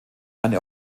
eine